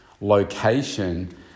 location